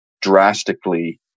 drastically